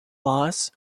loss